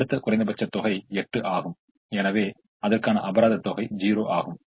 அடுத்த குறைந்தபட்ச தொகை 8 ஆகும் எனவே அதற்கான அபராதம் தொகை 0 ஆகும்